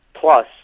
plus